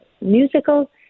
musical